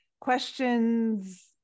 questions